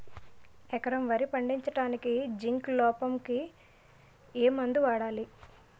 ఎకరం వరి పండించటానికి జింక్ లోపంకి ఏ మందు వాడాలి?